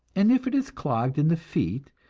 and if it is clogged in the feet,